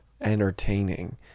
entertaining